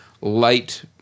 light